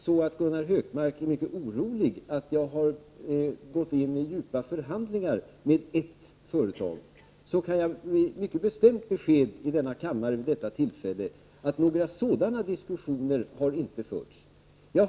| Om Gunnar Hökmark är orolig för att jag har gått in i djupa förhandlingar med ett företag, kan jag ge ett mycket bestämt besked i denna kammare vid detta tillfälle att några sådana diskussioner har inte förts.